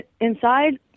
inside